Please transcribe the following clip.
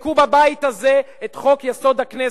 חוקקו בבית הזה את חוק-יסוד: הכנסת,